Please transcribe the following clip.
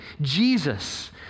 Jesus